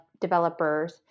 developers